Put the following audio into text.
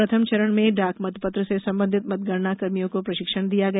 प्रथम चरण में डाक मतपत्र से संबंधित मतगणना कर्मियों को प्रशिक्षण दिया गया